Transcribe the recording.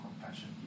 compassion